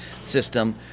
system